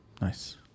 Nice